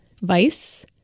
Vice